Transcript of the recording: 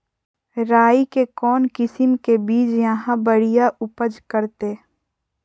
राई के कौन किसिम के बिज यहा बड़िया उपज करते?